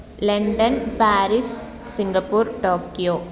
London Paris Singapore Tokyo